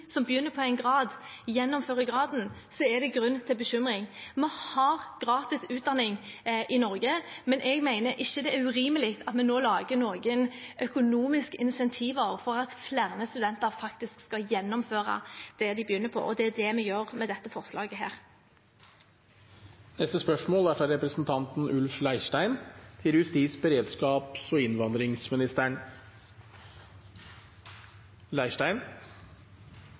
som begynner på en grad, gjennomfører graden, er det grunn til bekymring. Vi har gratis utdanning i Norge. Jeg mener ikke det er urimelig at vi nå lager noen økonomiske incentiver for at flere studenter faktisk skal gjennomføre det de begynner på. Det er det vi gjør med dette forslaget. «I Øst politidistrikt har politimesteren overført stillingene som er dedikert til å arbeide med dyrekriminalitet, til